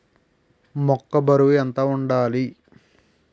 మొక్కొ బరువు ఎంత వుండాలి?